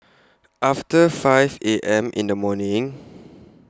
after five A M in The morning